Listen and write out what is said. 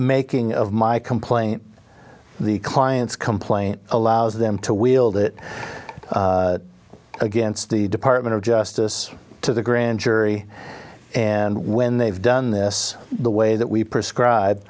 making of my complaint the client's complaint allows them to wield it against the department of justice to the grand jury and when they've done this the way that we prescribe